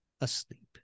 asleep